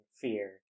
Fear